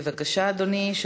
בבקשה, אדוני.